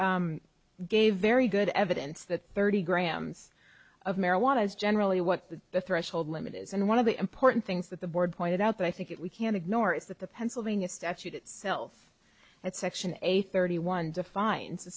board gave very good evidence that thirty grams of marijuana is generally what the threshold limit is and one of the important things that the board pointed out but i think it we can't ignore is that the pennsylvania statute itself that section eight thirty one defines a